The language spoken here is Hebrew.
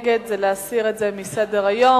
נגד, להסיר את זה מסדר-היום.